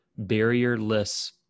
barrierless